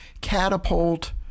catapult